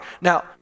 Now